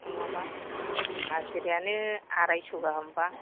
नङाबा हाजिरायानो आरायस' गाहामबा